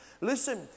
Listen